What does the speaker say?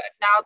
Now